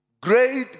Great